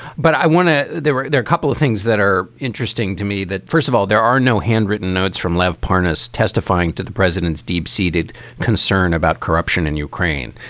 but i want to. there were a couple of things that are interesting to me that first of all, there are no handwritten notes from left parness testifying to the president's deep seated concern about corruption in ukraine.